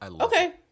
okay